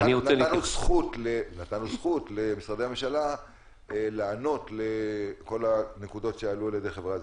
נתנו זכות למשרדי הממשלה לענות לכל הנקודות שעלו על-ידי החברה האזרחית.